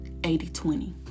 80-20